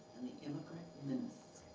immigrant menace.